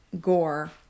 gore